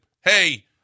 Hey